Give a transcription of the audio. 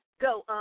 go